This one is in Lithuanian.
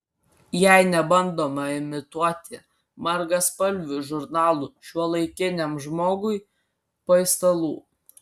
jei nebandoma imituoti margaspalvių žurnalų šiuolaikiniam žmogui paistalų